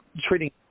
treating